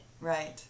Right